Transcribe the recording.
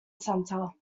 centre